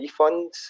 refunds